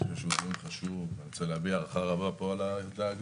אני חושב שהוא דיון חשוב ואני רוצה להביע הערכה רבה פה על הדאגה.